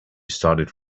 started